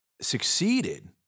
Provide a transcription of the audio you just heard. succeeded